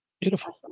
Beautiful